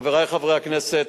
חברי חברי הכנסת